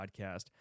podcast